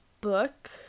book